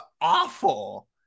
awful